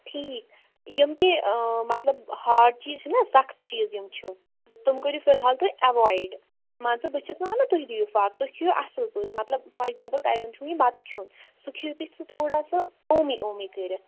ٹھیٖک یِم تہِ مطلب ہارڑ چیٖز چھِ نا سَخت چیٖز یِم چھِ تِم کٔرِو فِلحال تُہی ایٚوایَِڈ مان ژٕ بہٕ چھَس نہٕ ونان تُہی دِیو فاقہٕ تُہی کھیٚیِو اَصٕل پٲٹھۍ مطلب فار ایٚکزامپُل تۄہہِ زَن چھُ یہِ بَتہٕ کھیٚون سُہ کھیٚیِو تُہی تھوڑا سُہ اوٚمُے اوٚمُے کٔرِتھ